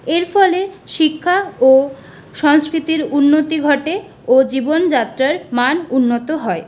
এর ফলে শিক্ষা ও সংস্কৃতির উন্নতি ঘটে ও জীবনযাত্রার মান উন্নত হয়